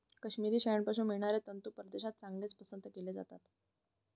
काश्मिरी शेळ्यांपासून मिळणारे तंतू परदेशात चांगलेच पसंत केले जातात